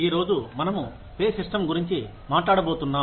ఈరోజు మనము pay system గురించి మాట్లాడబోతున్నాం